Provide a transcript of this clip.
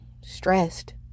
stressed